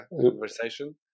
conversation